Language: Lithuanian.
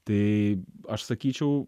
tai aš sakyčiau